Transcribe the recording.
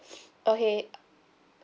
okay